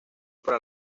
para